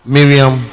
Miriam